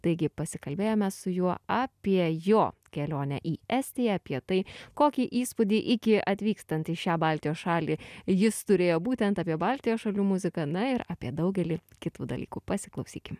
taigi pasikalbėjome su juo apie jo kelionę į estiją apie tai kokį įspūdį iki atvykstant į šią baltijos šalį jis turėjo būtent apie baltijos šalių muziką na ir apie daugelį kitų dalykų pasiklausykim